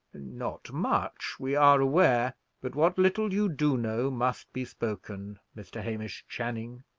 not much, we are aware but what little you do know must be spoken, mr. hamish channing.